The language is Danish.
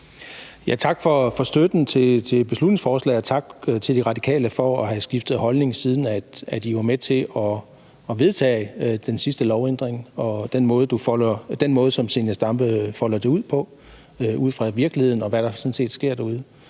Tak for støtten til beslutningsforslaget, og tak til De Radikale for at have skiftet holdning, siden de var med til at vedtage den sidste lovændring. Zenia Stampe foldede det ud, ud fra virkeligheden og det, der sådan set sker derude.